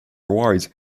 awards